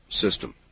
system